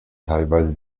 teilweise